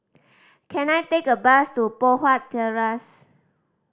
can I take a bus to Poh Huat Terrace